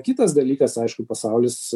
kitas dalykas aišku pasaulis